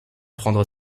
prendre